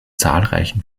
zahlreichen